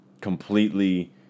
completely